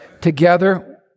Together